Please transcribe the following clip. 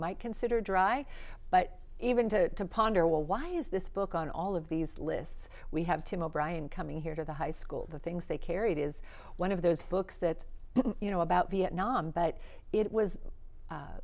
might consider dry but even to ponder well why is this book on all of these lists we have to mow brian coming here to the high school the things they carried is one of those books that you know about vietnam but it was